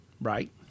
Right